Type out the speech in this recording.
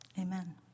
Amen